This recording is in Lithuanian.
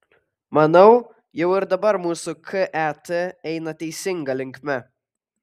manau jau ir dabar mūsų ket eina teisinga linkme